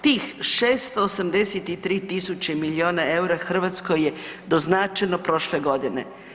Tih 682 tisuće miliona EUR-a Hrvatskoj je doznačeno prošle godine.